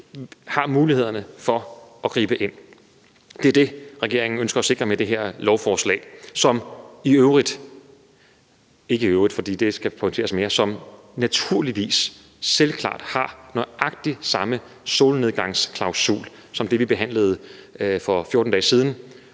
har mulighederne for at gribe ind. Det er det, regeringen ønsker at sikre med det her lovforslag, som i øvrigt, nej, naturligvis – for det her skal pointeres mere – selvklart har nøjagtig samme solnedgangsklausul som det, vi behandlede for 14 dage siden.